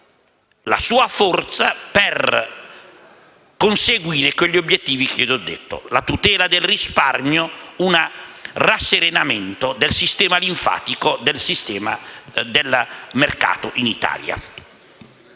la sua forza per conseguire quegli obiettivi che ho prima detto: la tutela del risparmio, un rasserenamento del sistema linfatico, del sistema del mercato in Italia.